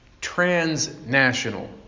transnational